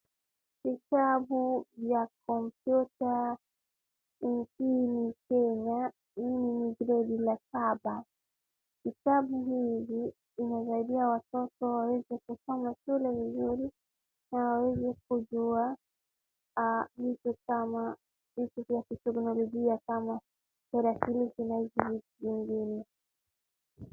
Kitabu ya kompyuta chini Kenya hii ni grade la saba. Kitabu hii inasaidia watoto waweze kusoma shule vizuri na waweze kujua ah ni kusoma hizo za teknolojia kamatarakilishi na hizi vitu zingine.